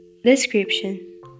Description